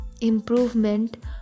improvement